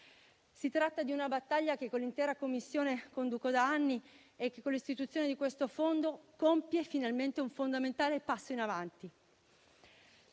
Si tratta di una battaglia che, con l'intera Commissione, conduco da anni e che, con l'istituzione di questo fondo, compie finalmente un fondamentale passo in avanti.